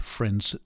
Friends